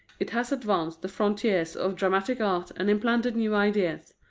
it has advanced the frontiers of dramatic art and implanted new ideals,